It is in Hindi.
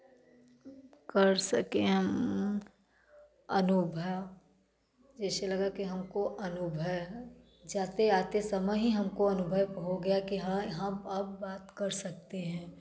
कर सके हम अनुभा जैसे लगा की हमको अनुभव जाते आते समय ही हमको अनुभव हो गया की हाँ हम अब बात कर सकते हैं